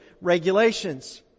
regulations